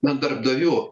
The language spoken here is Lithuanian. ant darbdavių